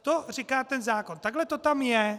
To říká ten zákon, takhle to tam je.